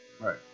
Right